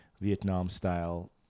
Vietnam-style